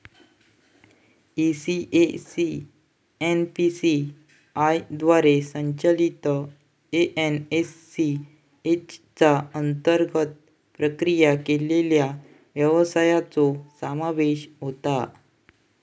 ECS NPCI द्वारे संचलित NACH च्या अंतर्गत प्रक्रिया केलेल्या व्यवहारांचो समावेश होता